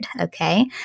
okay